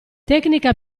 tecnica